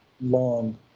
long